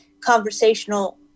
conversational